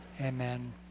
Amen